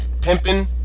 pimping